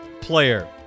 player